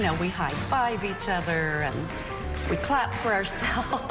yeah we high-five each other and we clap for ourselves.